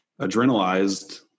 Adrenalized